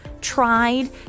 tried